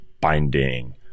binding